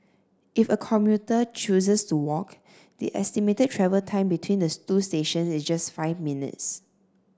if a commuter chooses to walk the estimated travel time between the two stations is just five minutes